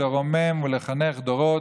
לרומם ולחנך דורות,